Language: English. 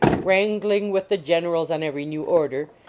wrangling with the generals on every new order,